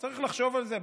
צריך לחשוב על זה,